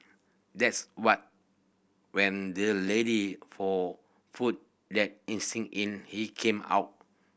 that's why when the lady for food the instinct in him came out